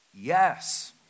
Yes